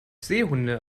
seehunde